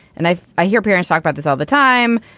and i i hear parents talk about this all the time.